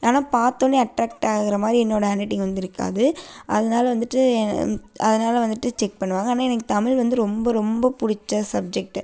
ஆனால் பார்த்தொன்னே அட்ராக்ட் ஆகுற மாதிரி என்னோடய ஹேண்ட் ரைட்டிங் வந்து இருக்காது அதனால் வந்துட்டு அதனால் வந்துட்டு செக் பண்ணுவாங்கள் ஆனால் எனக்கு தமிழ் வந்து ரொம்ப ரொம்ப பிடிச்ச சப்ஜெக்ட்டு